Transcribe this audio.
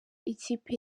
ikipe